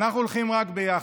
אנחנו הולכים רק ביחד.